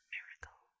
Miracle